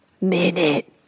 minute